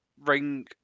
ring